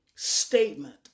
statement